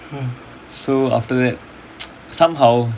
so after that somehow